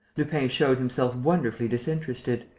lupin showed himself wonderfully disinterested.